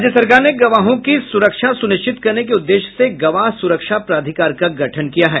राज्य सरकार ने गवाहों की सुरक्षा सुनिश्चित करने के उद्देश्य से गवाह सुरक्षा प्राधिकार का गठन किया है